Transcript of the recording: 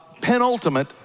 penultimate